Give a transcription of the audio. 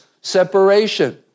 separation